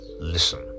listen